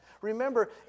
remember